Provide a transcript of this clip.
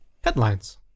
headlines